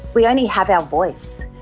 we only have our voice,